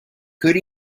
could